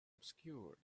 obscured